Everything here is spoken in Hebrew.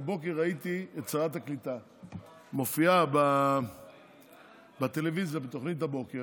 בבוקר ראיתי את שרת הקליטה מופיעה בטלוויזיה בתוכנית הבוקר.